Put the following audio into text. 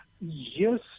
Yes